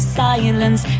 silence